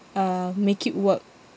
uh make it work